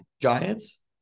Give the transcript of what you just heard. Giants